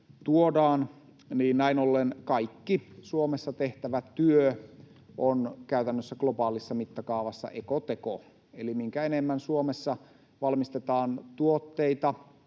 tuodaan, niin näin ollen kaikki Suomessa tehtävä työ on käytännössä globaalissa mittakaavassa ekoteko. Eli mitä enemmän Suomessa valmistetaan tuotteita